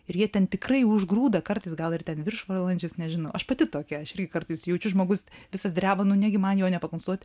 ir jie ten tikrai užgrūda kartais gal ir ten viršvalandžius nežinau aš ir pati tokia aš irgi kartais jaučiu žmogus visas dreba nu negi man jo nepakonsultuot